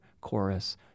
chorus